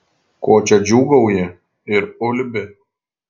ko čia džiūgauji ir ulbi